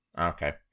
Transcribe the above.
Okay